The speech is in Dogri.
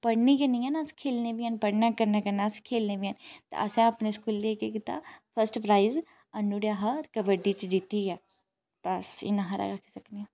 पढ़ने गै निं हैन अस खे'ल्लने बी आं पढ़ने दे कन्नै कन्नै अस खे'ल्लने बी हैन ते असें अपने स्कूलै ई केह् कीता फर्स्ट प्राइज़ आनू उड़ेआ हा कबड्डी च जीत्तियै बस इ'न्ना सारा गै आखी सकनी आं